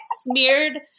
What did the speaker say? smeared